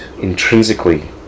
intrinsically